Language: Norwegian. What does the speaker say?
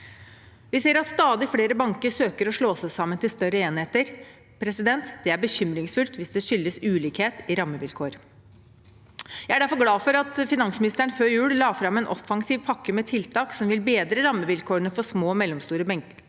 Vi ser at stadig flere banker søker å slå seg sammen til større enheter. Det er bekymringsfullt hvis det skyldes ulikhet i rammevilkår. Jeg er derfor glad for at finansministeren før jul la fram en offensiv pakke med tiltak som vil bedre rammevilkårene for små og mellomstore banker